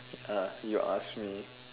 uh you ask me